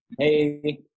Hey